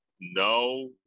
No